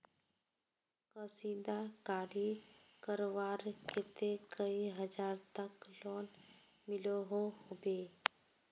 कशीदाकारी करवार केते कई हजार तक लोन मिलोहो होबे?